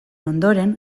ondoren